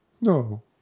No